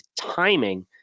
timing